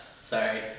Sorry